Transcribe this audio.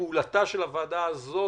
פעולתה של הוועדה הזאת,